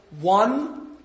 one